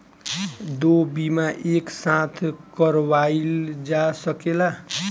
दो बीमा एक साथ करवाईल जा सकेला?